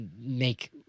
make